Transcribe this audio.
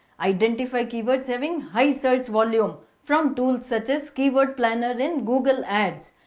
identify keywords having high search volume from tools such as keyword planner in google ads.